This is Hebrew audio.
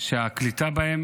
שהקליטה בהן